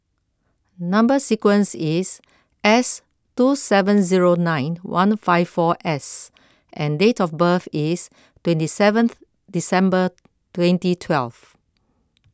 Number Sequence is S two seven zero nine one five four S and date of birth is twenty seventh December twenty twelve